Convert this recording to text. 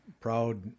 proud